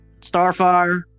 Starfire